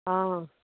অঁ